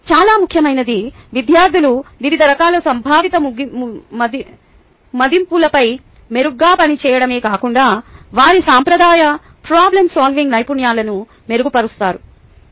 చాలా ముఖ్యమైనది విద్యార్థులు వివిధ రకాల సంభావిత మదింపులపై మెరుగ్గా పనిచేయడమే కాకుండా వారి సాంప్రదాయ ప్రోబ్లెమ్ సాల్వింగ్ నైపుణ్యాలను మెరుగుపరుస్తారు